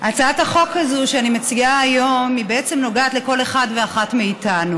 הצעת החוק הזאת שאני מציעה היום בעצם נוגעת לכל אחד ואחת מאיתנו.